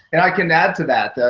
and i can add to that.